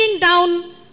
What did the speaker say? down